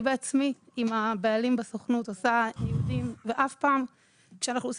אני בעצמי עם הבעלים בסוכנות עושה ניודים וכשאנחנו עושים